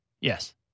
Yes